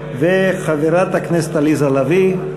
חברת הכנסת עליזה לביא,